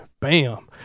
bam